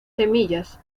semillas